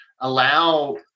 allow